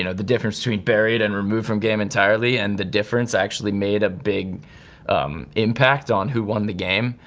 you know the difference between buried and removed from game entirely, and the difference actually made a big impact on who won the game.